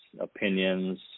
opinions